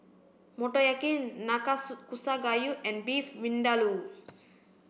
Motoyaki Nanakusa Gayu and Beef Vindaloo